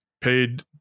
paid